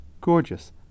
Gorgeous